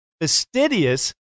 fastidious